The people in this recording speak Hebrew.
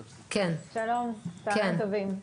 שלום, צוהריים טובים.